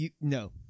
No